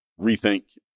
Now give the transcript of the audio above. rethink